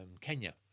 Kenya